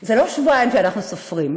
זה לא שבועיים שאנחנו סופרים,